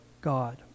God